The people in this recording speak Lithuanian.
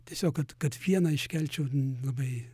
tiesiog kad kad vieną iškelčiau labai